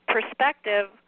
perspective